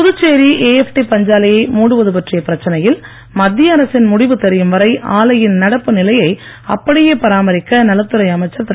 Puducherry AFT பஞ்சாலையை மூடுவது பற்றிய பிரச்சனையில் மத்திய அரசின் முடிவு தெரியும் வரை ஆலையின் நடப்பு நிலையை அப்படியே பராமரிக்க நலத்துறை அமைச்சர் திரு